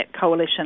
coalition